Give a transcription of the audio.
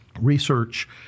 research